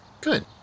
Good